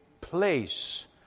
place